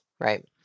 right